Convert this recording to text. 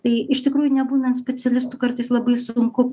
tai iš tikrųjų nebūnant specialistu kartais labai sunku